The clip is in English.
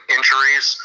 Injuries